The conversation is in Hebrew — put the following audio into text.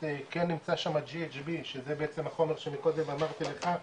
כן נמצא שם GHB שזה בעצם החומר שמקודם אמרתי לך,